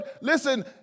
listen